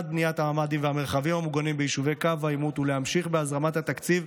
בניית הממ"דים והמרחבים המוגנים ביישובי קו העימות ולהמשיך בהזרמת התקציב,